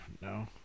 no